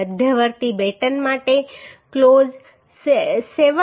મધ્યવર્તી બેટન માટે ક્લોઝ 7